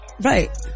Right